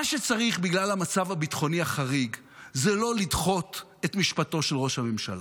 מה שצריך בגלל המצב הביטחוני החריג זה לא לדחות את משפטו של ראש הממשלה.